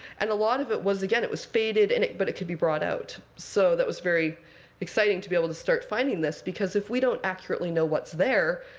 and a lot of it was again, it was faded, and but it could be brought out. so that was very exciting to be able to start finding this. because if we don't accurately know what's there,